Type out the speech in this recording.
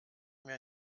mir